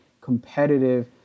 competitive